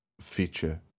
feature